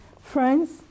Friends